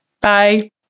Bye